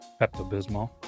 Pepto-Bismol